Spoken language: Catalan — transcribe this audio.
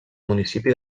municipi